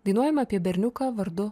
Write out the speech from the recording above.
dainuojama apie berniuką vardu